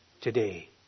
today